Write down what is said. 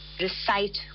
recite